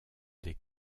des